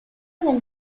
del